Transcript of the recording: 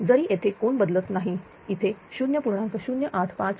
ही जरी येथे कोन बदलत नाही इथे 0